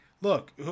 look